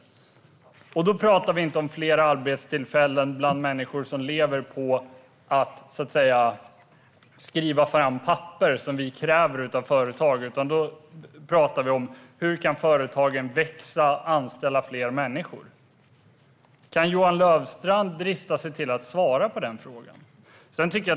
Då talar vi inte om fler arbetstillfällen bland människor som lever på att skriva fram papper som vi kräver av företag. Då talar vi om hur företagen kan växa och anställa fler människor. Kan Johan Löfstrand drista sig till att svara på frågan?